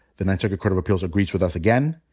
the ninth circuit court of appeals agrees with us again,